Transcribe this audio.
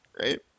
right